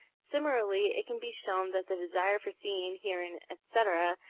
similarly it can be shown that the desire for seeing, hearing, etc,